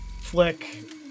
flick